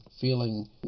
feeling